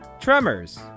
Tremors